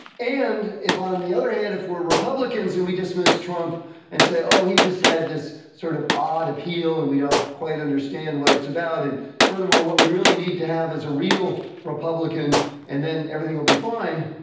and, if on the other hand, if we're republicans and we dismiss trump and say, oh, he just had this sort of odd appeal and we don't quite understand what it's about. and furthermore, what we really need to have is a real republican and then everything will be fine.